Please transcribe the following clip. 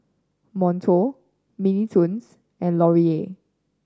Monto Mini Toons and Laurier